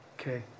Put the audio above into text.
Okay